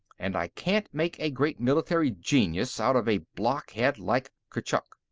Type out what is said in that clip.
and i can't make a great military genius out of a blockhead like kurchuk.